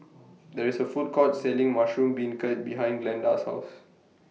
There IS A Food Court Selling Mushroom Beancurd behind Glenda's House